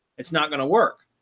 it's not going to work.